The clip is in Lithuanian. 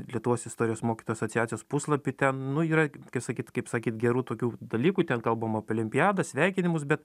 lietuvos istorijos mokytojų asociacijos puslapy ten nu yra kaip sakyt kaip sakyt gerų tokių dalykų ten kalbama apie olimpiadą sveikinimus bet